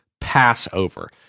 Passover